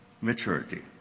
maturity